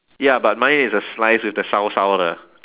ya but mine is a slice with the 烧烧的